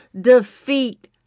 defeat